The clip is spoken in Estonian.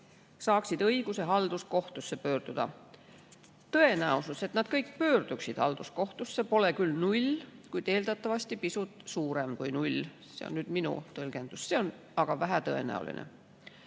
saaksid õiguse halduskohtusse pöörduda. Tõenäosus, et nad kõik pöörduksid halduskohtusse, pole küll null, kuid on eeldatavasti pisut suurem kui null. See on nüüd minu tõlgendus. See on aga vähetõenäoline.